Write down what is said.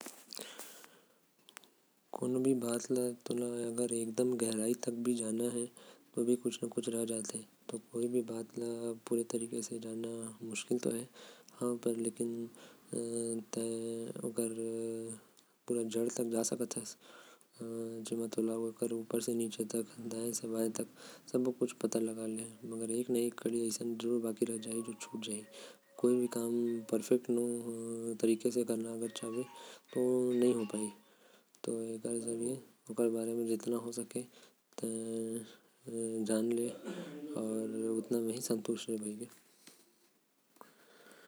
ते अगर कोई भी बात ला कतनो जान लेबे ना। ओकरो बाद कुछ न कुछ बचिये जाहि जेके ते नहीं सिख पाबे। ते कुछो कर ले कितनो जान जा। लेकिन कुछ एक ठो चीज़ ऐसा होही जो ते नहीं जान पाबे।